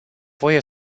voie